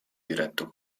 diretto